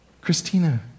Christina